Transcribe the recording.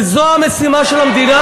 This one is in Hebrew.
וזו המשימה של המדינה,